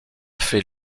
fait